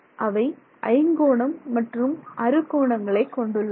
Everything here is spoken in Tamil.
அவை ஐங்கோணம் மற்றும் அறுகோணங்களை கொண்டுள்ளன